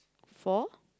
four